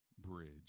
bridge